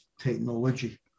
technology